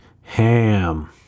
Ham